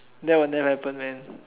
that will never happen man